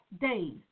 days